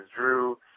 Drew